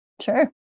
Sure